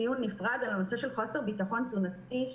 דיון בנפרד על חוסר ביטחון תזונתי.